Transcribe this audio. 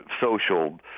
social